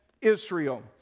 Israel